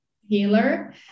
healer